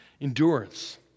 Endurance